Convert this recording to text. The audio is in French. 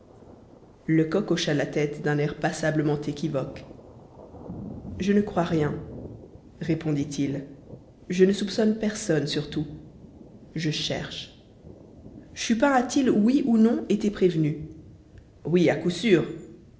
lecoq hocha la tête d'un air passablement équivoque je ne crois rien répondit-il je ne soupçonne personne surtout je cherche chupin a-t-il oui ou non été prévenu oui à coup sûr